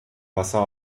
wasser